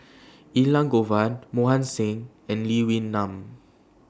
Elangovan Mohan Singh and Lee Wee Nam